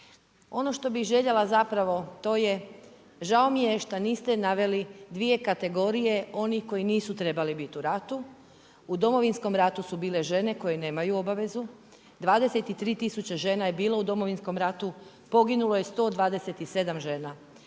Ono što bi željela zapravo to je žao mi je šta niste naveli dvije kategorije onih koji nisu trebali biti u ratu. U Domovinskom ratu su bile žene koje nemaju obavezu, 23 tisuće žena je bilo u Domovinskom ratu, poginulo je 127 žena.